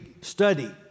study